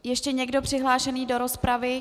Ještě někdo přihlášený do rozpravy?